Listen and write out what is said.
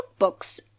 cookbooks